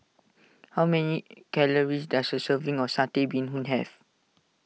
how many calories does a serving of Satay Bee Hoon have